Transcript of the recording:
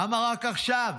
למה רק עכשיו?